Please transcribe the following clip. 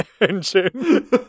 engine